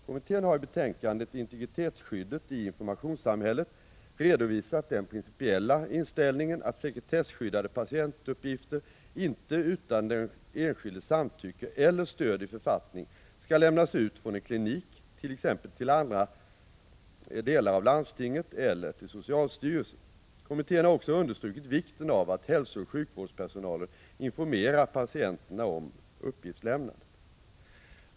Kommittén har i betänkandet Integritetsskyddet i informationssamhället, redovisat den principiella inställningen att sekretesskyddade patientuppgifter inte utan den enskildes samtycke eller stöd i författning skall lämnas ut från en klinik till t.ex. andra delar av landstinget eller socialstyrelsen. Kommittén har också understrukit vikten av att hälsooch sjukvårdspersonalen informerar patienterna om uppgiftslämnandet.